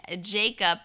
Jacob